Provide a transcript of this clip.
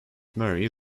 murray